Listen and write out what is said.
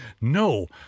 No